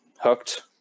hooked